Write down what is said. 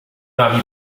nami